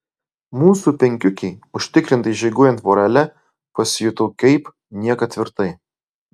mūsų penkiukei užtikrintai žygiuojant vorele pasijutau kaip niekad tvirtai